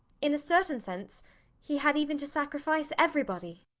in a certain sense he had even to sacrifice everybody